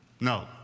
No